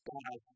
God